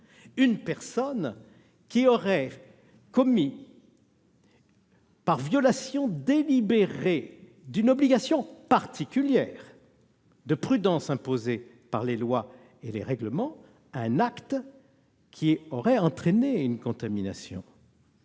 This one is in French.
une personne qui aurait commis, par violation délibérée d'une obligation particulière de prudence imposée par les lois et les règlements, un acte ayant entraîné une contamination.